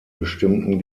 bestimmten